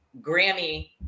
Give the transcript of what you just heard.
Grammy